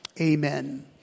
Amen